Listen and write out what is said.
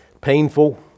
painful